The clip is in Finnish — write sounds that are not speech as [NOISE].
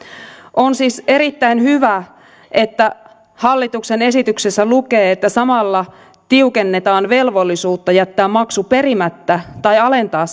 on siis erittäin hyvä että hallituksen esityksessä lukee että samalla tiukennetaan velvollisuutta jättää maksu perimättä tai alentaa [UNINTELLIGIBLE]